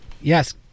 Yes